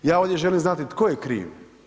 Ja ovdje želim znati tko je kriv.